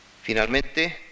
Finalmente